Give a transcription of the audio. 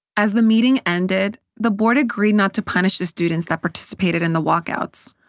as the meeting ended, the board agreed not to punish the students that participated in the walkouts.